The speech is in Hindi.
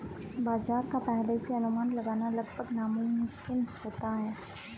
बाजार का पहले से अनुमान लगाना लगभग नामुमकिन होता है